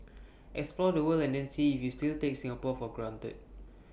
explore the world and then see if you still take Singapore for granted